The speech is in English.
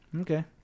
Okay